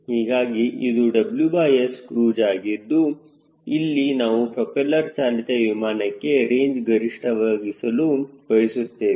ಹೀಗಾಗಿ ಇದು WScruise ಆಗಿದ್ದು ಇಲ್ಲಿ ನಾವು ಪ್ರೊಪೆಲ್ಲರ್ ಚಾಲಿತ ವಿಮಾನಕ್ಕೆ ರೇಂಜ್ ಗರಿಷ್ಠವಾಗಿಸಲು ಬಯಸುತ್ತೇವೆ